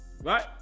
Right